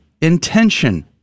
intention